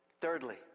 Thirdly